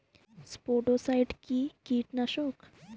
স্পোডোসাইট কি কীটনাশক?